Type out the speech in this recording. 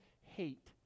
hate